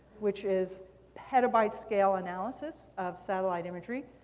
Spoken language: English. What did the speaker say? which is petabyte-scale analysis of satellite imagery,